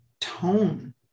tone